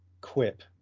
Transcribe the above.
quip